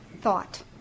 thought